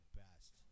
best